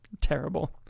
terrible